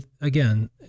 again